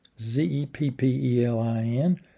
Z-E-P-P-E-L-I-N